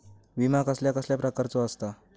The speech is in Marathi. विमा कसल्या कसल्या प्रकारचो असता?